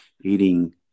eating